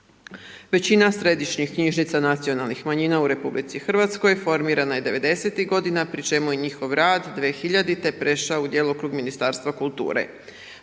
Većina središnjih knjižnica nacionalnih manjina u RH formirana je 90.-ih godina pri čemu je njihov rad 2000. prešao u djelokrug Ministarstva kulture.